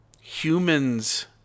Humans